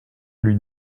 lui